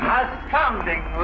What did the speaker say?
astounding